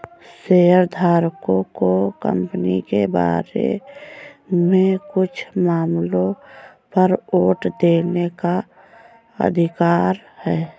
शेयरधारकों को कंपनी के बारे में कुछ मामलों पर वोट देने का अधिकार है